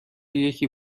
یکی